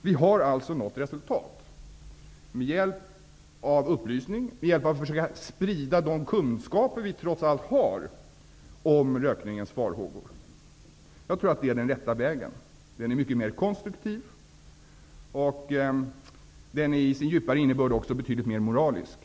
Vi har alltså nått resultat genom upplysning, genom att försöka sprida de kunskaper som vi trots allt har om rökningens faror. Jag tror att det är den rätta vägen. Den vägen är mycket mera konstruktiv och med tanke på den djupare innebörden också betydligt mera moralisk.